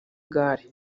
gare